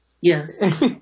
Yes